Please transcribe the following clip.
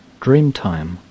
Dreamtime